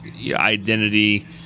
identity